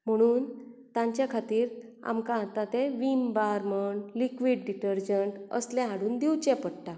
म्हणून तांचे खातीर आमकां आतां तें वीम बार म्हण लिक्यूड डिटरजंट असलें हाडून दिवचें पडटा